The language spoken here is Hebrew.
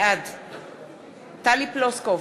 בעד טלי פלוסקוב,